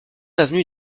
avenue